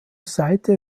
seite